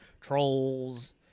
Trolls